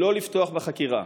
לא לפתוח בחקירה.